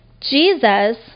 Jesus